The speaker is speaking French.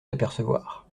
apercevoir